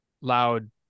loud